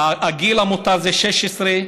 הגיל המותר זה 16,